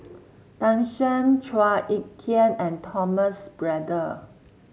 Tan Shen Chua Ek Kay and Thomas Braddell